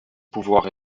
pouvoir